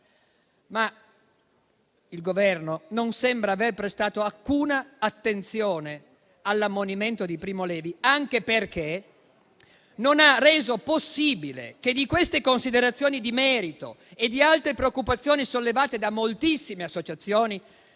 Il Governo non sembra però aver prestato alcuna attenzione all'ammonimento di Primo Levi, anche perché non ha reso possibile che di queste considerazioni di merito e di altre preoccupazioni sollevate da moltissime associazioni